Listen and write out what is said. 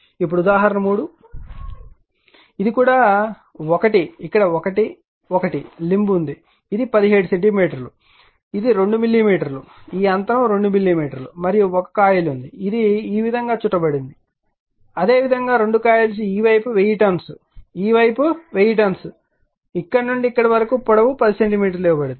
ఇప్పుడు ఉదాహరణ 3 ఇది కూడా ఒకటి ఇక్కడ 1 1 లింబ్ ఉంది ఇది 17 సెంటీమీటర్లు ఇది 2 మిల్లీమీటర్లు ఈ అంతరం 2 మిల్లీమీటర్లు మరియు ఒక కాయిల్ ఉంది ఇది ఈ విధంగా చుట్టబడింది అదే విధంగా రెండు కాయిల్స్ ఈ వైపు 1000 టర్న్స్ ఈ వైపు 1000 టర్న్స్ ఇక్కడ నుండి ఇక్కడ వరకు పొడవు 10 సెంటీమీటర్లు ఇవ్వబడుతుంది